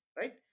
right